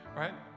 right